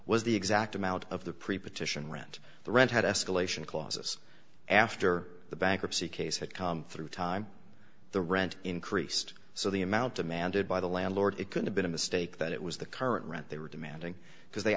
was the exact amount of the pre partition rent the rent had escalation clauses after the bankruptcy case had come through time the rent increased so the amount demanded by the landlord it could have been a mistake that it was the current rent they were demanding because they